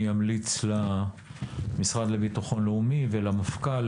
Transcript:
אני אמליץ למשרד לביטחון לאומי ולמפכ"ל